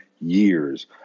years